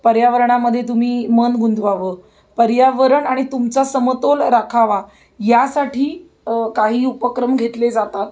पर्यावरणामधे तुम्ही मन गुंतवावं पर्यावरण आणि तुमचा समतोल राखावा यासाठी काही उपक्रम घेतले जातात